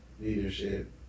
Leadership